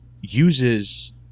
uses